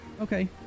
Okay